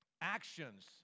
actions